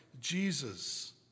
Jesus